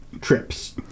trips